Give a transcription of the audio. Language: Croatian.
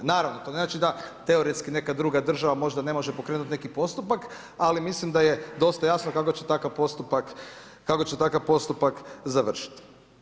Naravno to ne znači da teoretski neka država možda ne može pokrenuti neki postupak, ali mislim da je dosta jasno kako će takav postupak završiti.